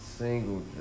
Single